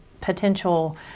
potential